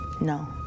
no